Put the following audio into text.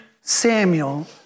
Samuel